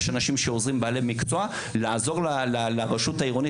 יש אנשים שעוזרים בעלי מקצוע לעזור לרשות המקומית,